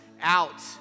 out